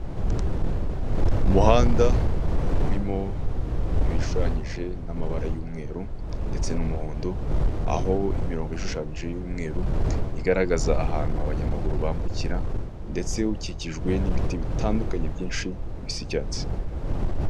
Umuhanda urimo ibishushanyije n'amabara y'umweru ndetse n'umuhondo, aho imirongo ishushanyije y'umweru igaragaza ahantu abanyamaguru bambukira, ndetse ukikijwe n'ibiti bitandukanye byinshi bisa icyatsi.